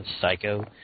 Psycho